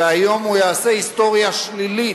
היום הוא יעשה היסטוריה שלילית,